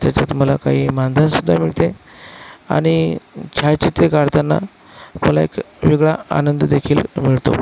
त्याच्यात मला काही मानधन सुद्धा मिळते आणि छायाचित्रे काढताना मला एक वेगळा आनंद देखील मिळतो